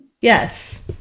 Yes